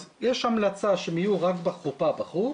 אז יש המלצה שהם יהיו רק בחופה בחוץ.